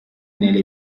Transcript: nelle